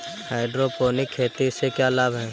Hydroponic खेती से क्या लाभ हैं?